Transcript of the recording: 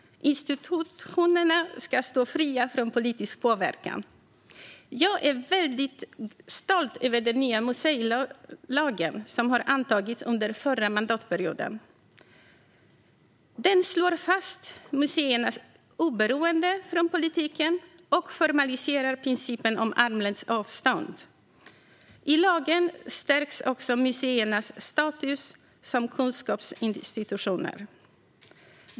Institutionerna ska stå fria från politisk påverkan. Jag är väldigt stolt över den nya museilagen, som har antagits under förra mandatperioden. Den slår fast museernas oberoende från politiken och formaliserar principen om armlängds avstånd. I lagen stärks också museernas status som kunskapsinstitutioner.